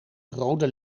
rode